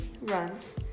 runs